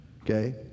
okay